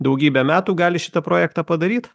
daugybę metų gali šitą projektą padaryt